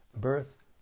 birth